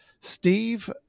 Steve